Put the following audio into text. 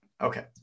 Okay